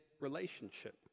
relationship